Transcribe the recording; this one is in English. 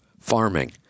farming